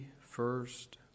first